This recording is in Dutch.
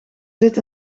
zit